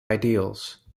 ideals